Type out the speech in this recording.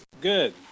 Good